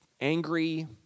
Angry